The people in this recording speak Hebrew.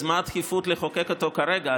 אז מה הדחיפות לחוקק אותו כרגע?